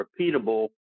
repeatable